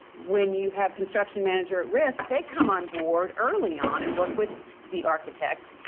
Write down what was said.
when you have construction manager at risk, they come on board early on and work with the architect.